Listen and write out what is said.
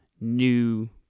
new